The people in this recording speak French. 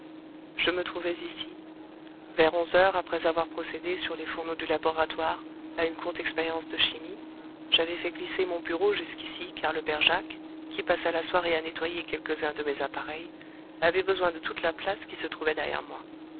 je me trouvais ici vers onze heures après avoir procédé sur les fourneaux du laboratoire à une courte expérience de chimie j'avais fait glisser mon bureau jusqu'ici car le père jacques qui passa la soirée à nettoyer quelques-uns de mes appareils avait besoin de toute la place qui se trouvait derrière moi